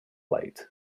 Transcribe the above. light